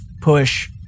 push